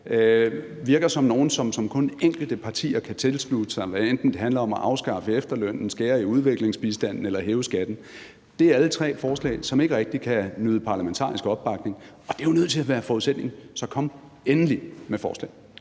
virker som nogle, som kun enkelte partier kan tilslutte sig, hvad enten det handler om at afskaffe efterlønnen, skære i udviklingsbistanden eller hæve skatten. Det er alle tre forslag, som ikke rigtig kan nyde parlamentarisk opbakning, og det er jo nødt til at være forudsætningen. Så kom endelig med forslag.